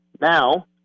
Now